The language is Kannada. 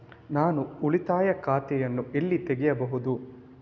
ನಾನು ಉಳಿತಾಯ ಖಾತೆಯನ್ನು ಎಲ್ಲಿ ತೆಗೆಯಬಹುದು?